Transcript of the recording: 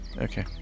Okay